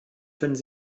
können